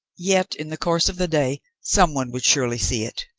yet in the course of the day some one would surely see it.